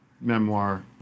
memoir